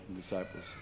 disciples